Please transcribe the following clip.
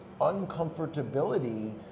uncomfortability